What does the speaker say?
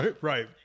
Right